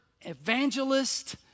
evangelist